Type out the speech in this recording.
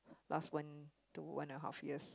last one two one and a half years